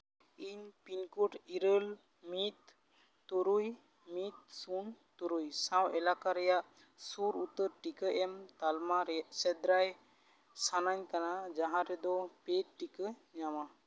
ᱤᱧ pin code ᱤᱨᱟᱹᱞ ᱢᱤᱫ ᱛᱩᱨᱩᱭ ᱢᱤᱫ ᱥᱩᱱ ᱛᱩᱨᱩᱭ ᱥᱟᱶ ᱮᱞᱟᱠᱟ ᱨᱮᱭᱟᱜ ᱥᱩᱨ ᱩᱛᱟᱹᱨ ᱴᱤᱠᱟᱹ ᱮᱢ ᱛᱟᱞᱢᱟ ᱨᱮ ᱥᱮᱸᱫᱽᱨᱟᱭ ᱥᱟᱱᱟᱧ ᱠᱟᱱᱟ ᱡᱟᱦᱟᱸ ᱨᱮᱫᱚ ᱯᱮ ᱰ ᱴᱤᱠᱟᱹ ᱧᱟᱢᱟ